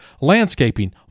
landscaping